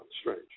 Strange